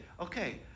okay